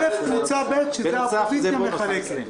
1,000. קבוצה ב', שזה האופוזיציה, מחלקת.